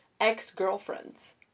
Ex-girlfriends